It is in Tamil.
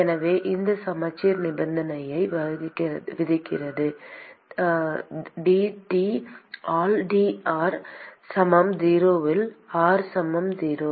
எனவே இந்த சமச்சீர் நிபந்தனையை விதிக்கிறது dT ஆல் dr சமம் 0 ல் r சமம் 0